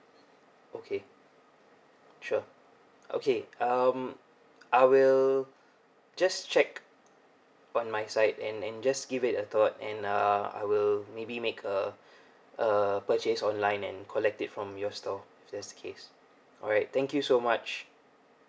okay sure okay um I will just check on my side and and just give it a thought and uh I will maybe make uh uh purchase online and collect it from your store that's the case alright thank you so much